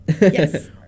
Yes